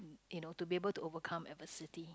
you know to be able to overcome adversity